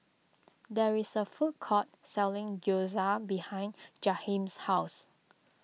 there is a food court selling Gyoza behind Jaheem's house